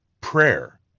prayer